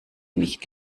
nicht